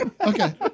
Okay